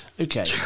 Okay